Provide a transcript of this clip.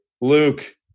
Luke